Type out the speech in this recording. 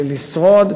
לשרוד,